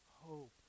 hope